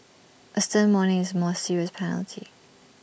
A stern warning is more serious penalty